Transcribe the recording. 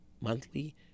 monthly